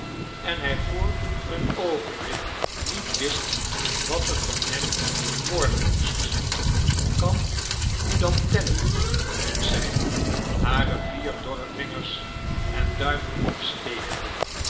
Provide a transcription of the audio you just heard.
en hy voor een oogenblik niet wist wat er van hem worden moest kan u dat tellen riep zy hare vier dorre vingers en duim opstekende